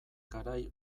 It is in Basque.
garai